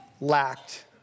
lacked